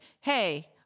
hey